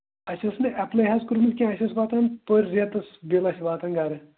اَسہِ اوس نہٕ اٮ۪پلاے حظ کوٚرمُت کیٚنٛہہ اَسہِ ٲس واتان پٔر رٮ۪تَس بِل ٲسۍ واتان گَرٕ